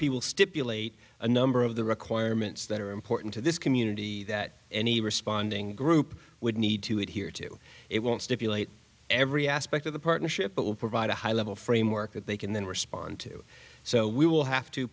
people stipulate a number of the requirements that are important to this community that any responding group would need to adhere to it won't stipulate every aspect of the partnership but will provide a high level framework that they can then respond to so we will have to